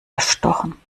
erstochen